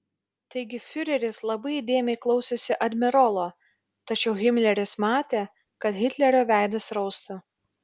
taigi fiureris labai įdėmiai klausėsi admirolo tačiau himleris matė kad hitlerio veidas rausta